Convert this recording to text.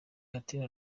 gatera